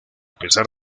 pesar